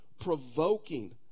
provoking